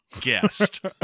guest